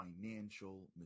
financial